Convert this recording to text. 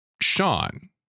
sean